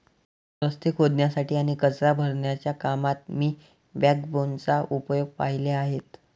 रस्ते खोदण्यासाठी आणि कचरा भरण्याच्या कामात मी बॅकबोनचा उपयोग पाहिले आहेत